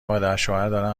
مادرشوهردارم